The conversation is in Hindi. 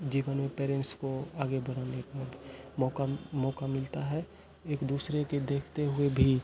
जि बनो पेरेंट्स को आगे बढ़ाने का मौका मौका मिलता है एक दूसरे के देखते हुए भी